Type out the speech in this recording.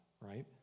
right